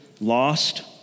lost